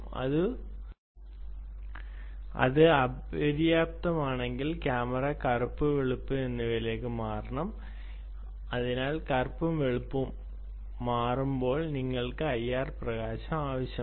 അതും അപര്യാപ്തമാണെങ്കിൽ ക്യാമറ കറുപ്പ് വെളുപ്പ് എന്നിവയിലേക്ക് മാറണം അതിനാൽ കറുപ്പും വെളുപ്പും മാറുമ്പോൾ നിങ്ങൾക്ക് ഐആർ പ്രകാശം ആവശ്യമാണ്